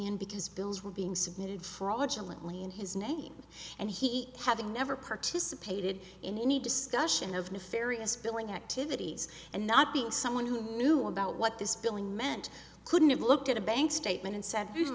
in because bills were being submitted fraudulent only in his name and he having never participated in any discussion of nefarious billing activities and not being someone who knew about what this billing meant couldn't have looked at a bank statement and said you